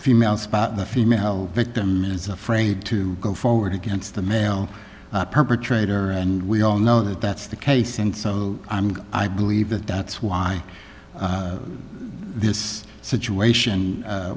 female spot the female victim is afraid to go forward against the male perpetrator and we all know that that's the case and so i'm i believe that that's why this situation